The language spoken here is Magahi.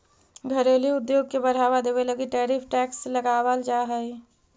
घरेलू उद्योग के बढ़ावा देवे लगी टैरिफ टैक्स लगावाल जा हई